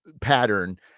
pattern